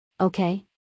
Okay